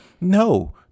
no